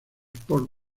por